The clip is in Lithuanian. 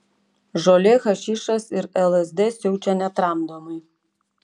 žolė hašišas ir lsd siaučia netramdomai